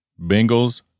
Bengals